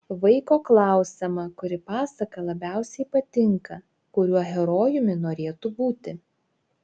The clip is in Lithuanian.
vaiko klausiama kuri pasaka labiausiai patinka kuriuo herojumi norėtų būti